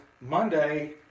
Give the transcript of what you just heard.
Monday